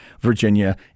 Virginia